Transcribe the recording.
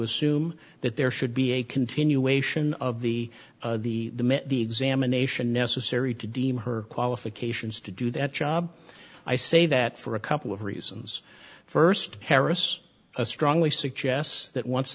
assume that there should be a continuation of the the the examination necessary to deem her qualifications to do that job i say that for a couple of reasons first heris strongly suggests that once